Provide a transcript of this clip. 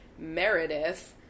Meredith